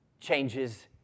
changes